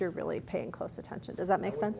you're really paying close attention does that make sense